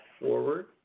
forward